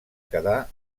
quedar